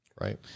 right